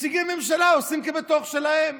נציגי ממשלה עושים כבתוך שלהם.